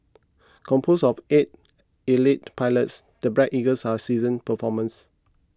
composed of eight elite pilots the Black Eagles are seasoned performers